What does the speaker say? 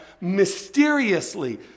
mysteriously